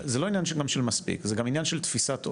זה לא עניין של מספיק, זה גם עניין של תפיסת עולם.